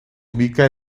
ubica